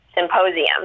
Symposium